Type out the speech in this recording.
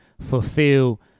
fulfill